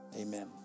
Amen